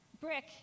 brick